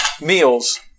meals